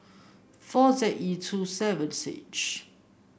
four Z E two seven H